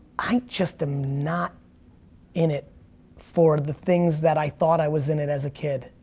i just am not in it for the things that i thought i was in it as a kid.